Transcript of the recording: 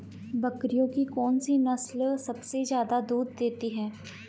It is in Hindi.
बकरियों की कौन सी नस्ल सबसे ज्यादा दूध देती है?